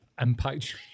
impact